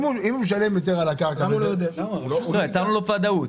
יצרנו לו ודאות.